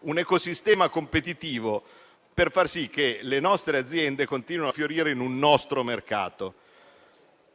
un ecosistema competitivo, per far sì che le nostre aziende continuino a fiorire in un mercato nostro.